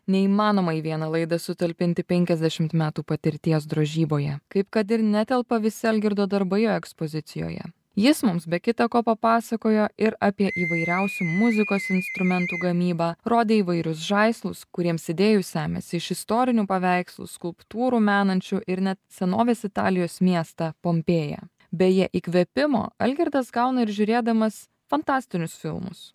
neįmanoma į vieną laidą sutalpinti penkiasdešimt metų patirties drožyboje kaip kad ir netelpa visi algirdo darbai ekspozicijoje jis mums be kita ko papasakojo ir apie įvairiausių muzikos instrumentų gamybą rodė įvairius žaislus kuriems idėjų semiasi iš istorinių paveikslų skulptūrų menančių ir net senovės italijos miestą pompėją beje įkvėpimo algirdas gauna ir žiūrėdamas fantastinius filmus